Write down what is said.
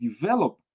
develop